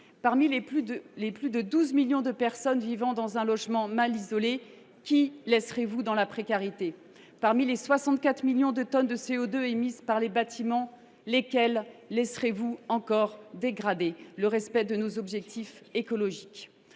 Parmi les plus de 12 millions de personnes vivant dans un logement mal isolé, qui laisserez vous dans la précarité ? Parmi les bâtiments qui émettent 64 millions de tonnes de CO2, lesquels laisserez vous encore dégrader le respect de nos objectifs écologiques ?